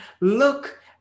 Look